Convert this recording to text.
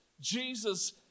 Jesus